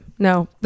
No